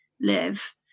live